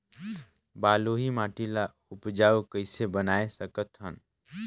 बलुही माटी ल उपजाऊ कइसे बनाय सकत हन?